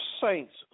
saints